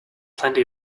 plenty